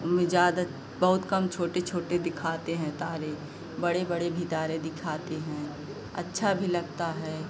उसमें ज़्यादा बहुत कम छोटे छोटे दिखाते हैं तारे बड़े बड़े भी तारे दिखाते हैं अच्छा भी लगता है